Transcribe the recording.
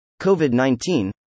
COVID-19